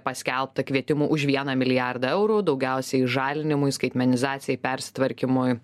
paskelbta kvietimų už vieną milijardą eurų daugiausiai žalinimui skaitmenizacijai persitvarkymui